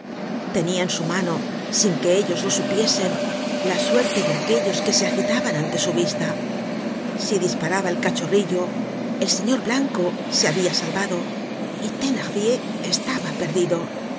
en su mano sin que ellos lo supiesen la suerte de aquellos que se agitaban ante su vista si disparaba el cachorrillo el señor blanco se habia salvado y thenardier estaba perdido